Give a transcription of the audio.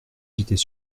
j’étais